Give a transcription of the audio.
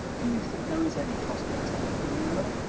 do you think there is any prospect of it, marilla?